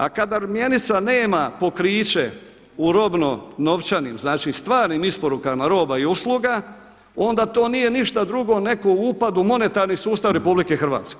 A kada mjenica nema pokriće u robno novčanim znači stvarnim isporukama roba i u sluga, onda to nije ništa drugo nego upad u monetarni sustav RH.